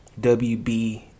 WB